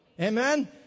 Amen